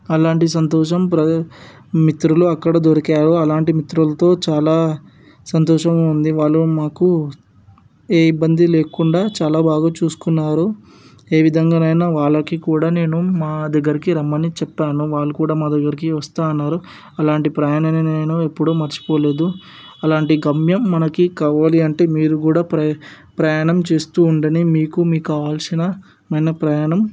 అలాంటి సంతోషం ప్ర మిత్రులు అక్కడ దొరికారు అలాంటి మిత్రులతో చాలా సంతోషం ఉంది వాళ్ళు మాకు ఏ ఇబ్బంది లేకుండా చాలా బాగా చూసుకున్నారు ఏ విధంగానైనా వాళ్ళకి కూడా నేను మా దగ్గరికి రమ్మని చెప్పాను వాళ్ళు కూడా మా దగ్గరికి వస్తాము అన్నారు అలాంటి ప్రయాణాన్ని నేను ఎప్పుడూ మర్చిపోలేదు అలాంటి గమ్యం మనకి కావాలి అంటే మీరు కూడా ప్రయ ప్రయాణం చేస్తూ ఉండండి మీకు మీ కావాల్సిన మన ప్రయాణం